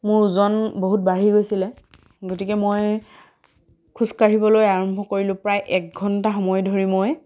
মোৰ ওজন বহুত বাঢ়ি গৈছিলে গতিকে মই খোজকাঢ়িবলৈ আৰম্ভ কৰিলোঁ প্ৰায় এক ঘণ্টা সময় ধৰি মই